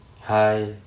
hi